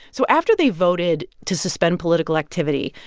so after they voted to suspend political activity,